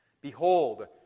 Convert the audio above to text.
Behold